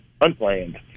unplanned